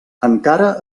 encara